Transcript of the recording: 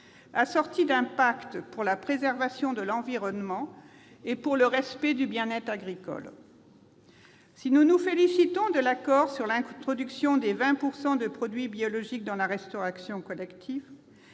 assortie d'un pacte pour la préservation de l'environnement et pour le respect du bien-être animal. Si nous nous félicitons de l'accord sur l'introduction de 20 % de produits biologiques dans la restauration collective,